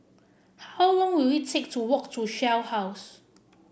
how long will it take to walk to Shell House